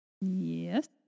Yes